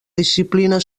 disciplina